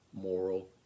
moral